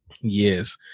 Yes